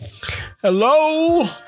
Hello